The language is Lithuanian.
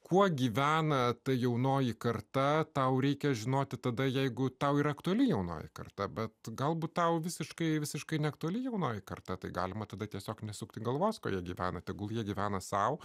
kuo gyvena ta jaunoji karta tau reikia žinoti tada jeigu tau ir aktuali jaunoji karta bet galbūt tau visiškai visiškai neaktuali jaunoji karta tai galima tada tiesiog nesukti galvos ko jie gyvena tegul jie gyvena sau